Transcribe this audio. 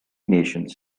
nations